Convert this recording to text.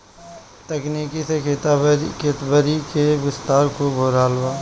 तकनीक से खेतीबारी क विस्तार खूब हो रहल बा